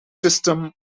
system